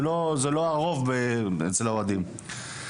זה לא הרוב אצל האוהדים.